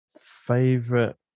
Favorite